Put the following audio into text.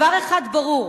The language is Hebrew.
דבר אחד ברור: